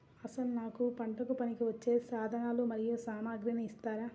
అసలు నాకు పంటకు పనికివచ్చే సాధనాలు మరియు సామగ్రిని ఇస్తారా?